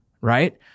right